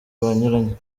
banyuranye